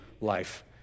life